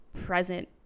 present